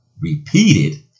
repeated